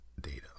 data